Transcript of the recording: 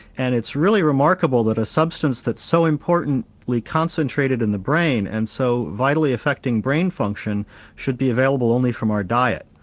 and it's really remarkable that a substance that's so importantly like concentrated in the brain and so vitally affecting brain function should be available only from our diet.